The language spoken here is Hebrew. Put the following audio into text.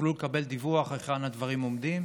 תוכלו לקבל דיווח היכן הדברים עומדים,